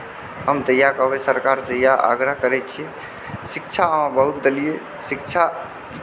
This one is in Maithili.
हम तऽ इएह कहबै सरकारसँ इएह आग्रह करै छी शिक्षा अहाँ बहुत देलियै शिक्षा